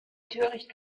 töricht